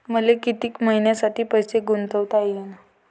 मले कितीक मईन्यासाठी पैसे गुंतवता येईन?